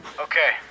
Okay